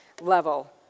level